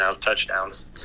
touchdowns